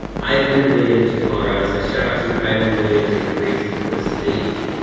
ivan williams from colorado says, shout-out to ivan williams and crazy horse lily.